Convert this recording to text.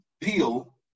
peel